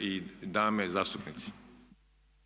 i dame zastupnici.